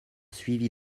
suivi